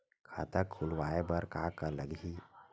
खाता खुलवाय बर का का लगही?